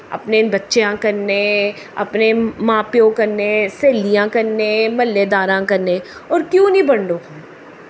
अपने बच्चेआं कन्नै अपने मां प्यो कन्नै स्हेलियां कन्नै म्हल्लेदारां कन्नै होर क्यों निं बंडो